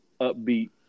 upbeat